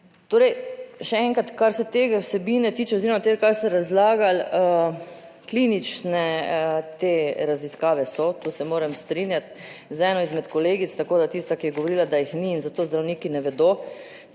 Torej, še enkrat, kar se te vsebine tiče oziroma tega, kar ste razlagali, klinične, te raziskave so, tu se moram strinjati z eno izmed kolegic, tako da, tista, ki je govorila, da jih ni in zato zdravniki ne vedo,